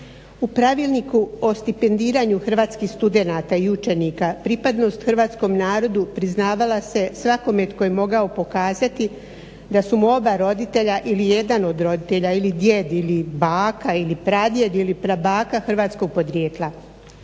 U pravilniku o stipendiranju hrvatskih studenata i učenika pripadnost Hrvatskom narodu priznavala se svakome tko je mogao pokazati da su mu oba roditelja ili jedan od roditelja ili djed ili baka ili pradjed ili prabaka hrvatskog podrijetla.